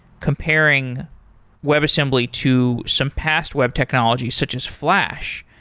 comparing webassembly to some past web technology, such as flash.